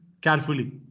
carefully